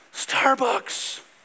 Starbucks